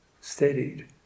steadied